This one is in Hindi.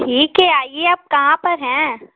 ठीक है आइए आप कहाँ पर हैं